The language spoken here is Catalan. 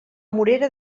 morera